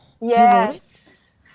Yes